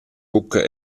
buca